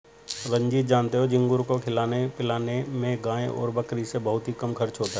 रंजीत जानते हो झींगुर को खिलाने पिलाने में गाय और बकरी से बहुत ही कम खर्च होता है